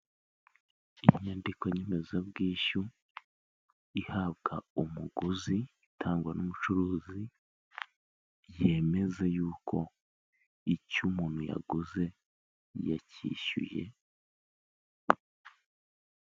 Inyandiko nyemezabwishyu ihabwa umuguzi, itangwa n'ubucuruzi yemeza yuko icyo umuntu yaguze yacyishyuye.